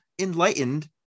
enlightened